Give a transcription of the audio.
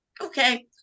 okay